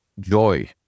joy